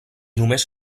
només